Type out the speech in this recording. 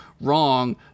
wrong